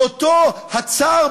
ואותו "צאר",